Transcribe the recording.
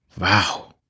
Wow